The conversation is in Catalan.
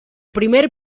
primer